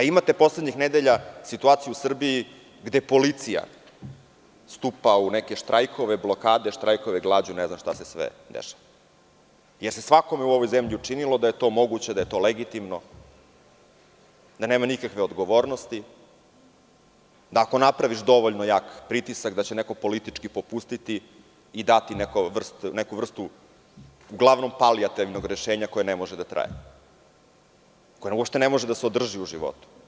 Imate poslednjih nedelja situaciji u Srbiji gde policija stupa u neke štrajkove, blokade, štrajkove glađu, ne znam šta se sve dešava, jer se svakome u ovoj učinilo da je to moguće, da je to legitimno, da nema nikakve odgovornosti, da ako napraviš dovoljno jak pritisak da će neko politički popustiti i dati neku vrstu uglavnom palijativnog rešenja koje ne može da traje, koje uopšte ne može da se održi u životu.